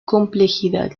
complejidad